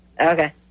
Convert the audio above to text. okay